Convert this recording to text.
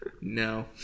No